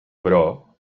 però